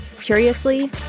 Curiously